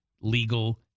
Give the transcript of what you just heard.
legal